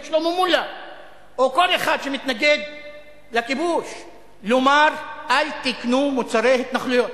שלמה מולה או כל אחד שמתנגד לכיבוש לומר: אל תקנו מוצרי התנחלויות?